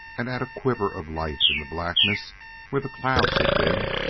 and at a quiver of light in the blackness where the clouds had been,